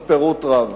בפירוט רב.